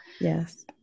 yes